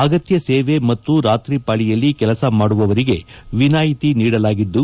ಅಗತ್ತ ಸೇವೆ ಮತ್ತು ರಾತ್ರಿಪಾಳಿಯಲ್ಲಿ ಕೆಲಸ ಮಾಡುವವರಿಗೆ ವಿನಾಯಿತಿ ನೀಡಲಾಗಿದ್ದು